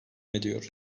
ediyor